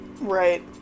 Right